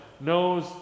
knows